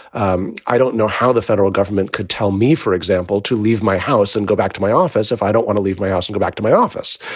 um i don't know how the federal government could tell me, for example, to leave my house and go back to my office. if i don't want to leave my house and go back to my office.